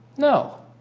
no